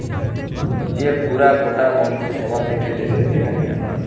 যে পুরা গটা মন্ত্রী সভা থাক্যে দ্যাশের দেখার জনহ